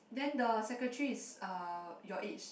then the secretary is uh your age